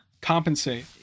compensate